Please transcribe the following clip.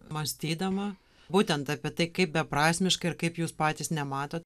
mąstydama būtent apie tai kaip beprasmiška ir kaip jūs patys nematot